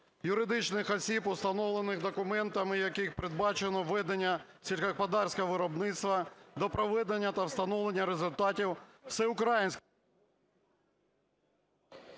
юридичних осіб, уставними документами яких передбачено ведення сільськогосподарського виробництва, до проведення та встановлення результатів всеукраїнського…".